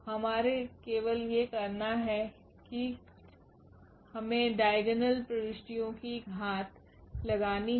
हमें केवल यह करना है कि हमें डाइगोनल प्रविष्टियों की घात लगानी है